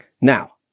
Now